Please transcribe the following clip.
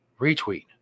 retweet